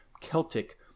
Celtic